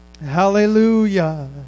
hallelujah